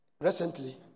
Recently